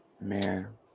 man